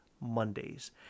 Mondays